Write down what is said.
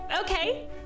Okay